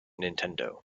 nintendo